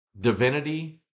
divinity